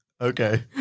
Okay